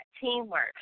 teamwork